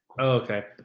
Okay